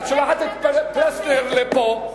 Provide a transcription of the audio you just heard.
את שולחת את פלסנר לפה,